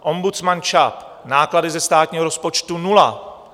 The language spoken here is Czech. Ombudsman ČAP, náklady ze státního rozpočtu nula.